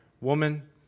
Woman